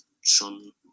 schon